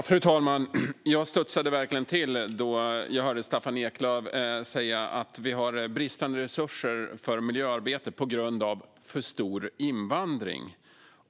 Fru talman! Jag studsade verkligen till när jag hörde Staffan Eklöf säga att vi har bristande resurser för miljöarbetet på grund av för stor invandring.